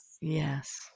Yes